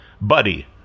Buddy